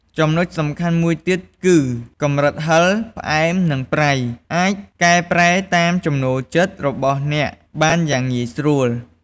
ចំណុចសំខាន់មួយទៀតគឺ កម្រិតហឹរ ផ្អែម និងប្រៃ អាចកែប្រែតាមចំណូលចិត្តរបស់អ្នកបានយ៉ាងងាយស្រួល។